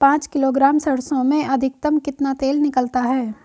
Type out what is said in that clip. पाँच किलोग्राम सरसों में अधिकतम कितना तेल निकलता है?